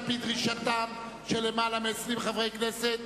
על-פי דרישתם של יותר מ-20 חברי כנסת,